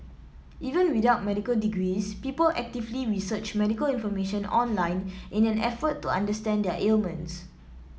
even without medical degrees people actively research medical information online in an effort to understand their ailments